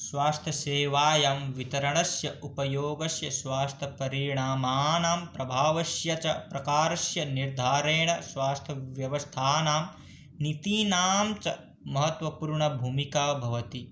स्वास्थ्यसेवायां वितरणस्य उपयोगस्य स्वास्थ्यपरिणामानां प्रभावस्य च प्रकारस्य निर्धारेण स्वास्थ्यव्यवस्थानां नीतिनां च महत्त्वपूर्णभूमिका भवति